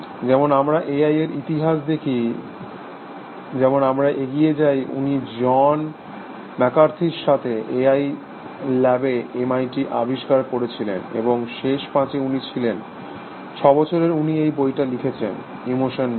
যেমন আমরা এআই এর ইতিহাস দেখি যেমন আমরা এগিয়ে যাই উনি জন ম্যাকার্থির সাথে এআই ল্যাবে এমআইটি আবিষ্কার করেছিলেন এবং শেষ পাঁচে উনি ছিলেন ছয় বছরে উনি এই বইটা লিখেছেন ইমোশন মেশিন